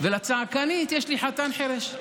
ולצעקנית יש לי חתן חירש.